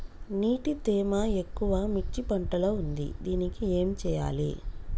నీటి తేమ ఎక్కువ మిర్చి పంట లో ఉంది దీనికి ఏం చేయాలి?